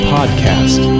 Podcast